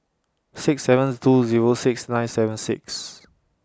six sevens two Zero six nine seven six